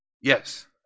Yes